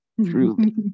truly